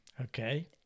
okay